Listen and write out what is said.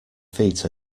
feet